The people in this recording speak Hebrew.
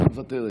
מוותרת?